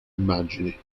immagini